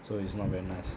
so it's not very nice